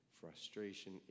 frustration